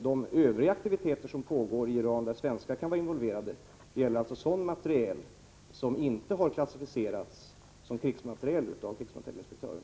De övriga aktiviteter som pågår i Iran och där svenskar kan vara involverade gäller alltså sådan materiel som inte har klassificerats som krigsmateriel av krigsmaterielinspektören.